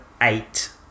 eight